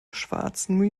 schwarzen